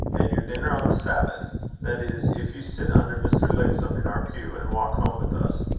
and your dinner on the sabbath that is, if you sit under mr. lixom in our pew, and walk home with us.